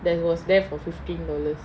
that was there for fifteen dollars